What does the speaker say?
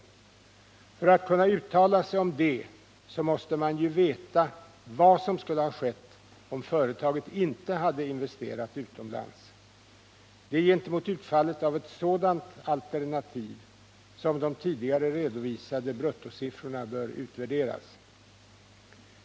För att kunna uttala sig om detta måste man ju veta vad som skulle ha skett om företaget inte hade investerat utomlands. Det är gentemot utfallet av ett sådant alternativ som de tidigare redovisade bruttosiffrorna bör utvärderas.